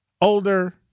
Older